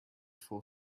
for